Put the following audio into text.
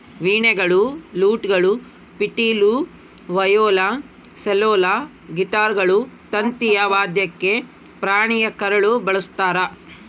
ವೀಣೆಗಳು ಲೂಟ್ಗಳು ಪಿಟೀಲು ವಯೋಲಾ ಸೆಲ್ಲೋಲ್ ಗಿಟಾರ್ಗಳು ತಂತಿಯ ವಾದ್ಯಕ್ಕೆ ಪ್ರಾಣಿಯ ಕರಳು ಬಳಸ್ತಾರ